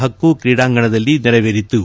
ಹಕ್ತು ಕ್ರೀಡಾಂಗಣದಲ್ಲಿ ನೆರವೇರಿತು